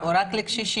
או רק לקשישים?